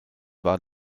war